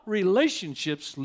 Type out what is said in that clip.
relationships